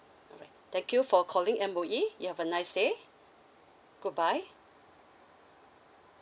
thank you for calling M_O_E you have a nice day goodbye